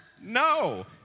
No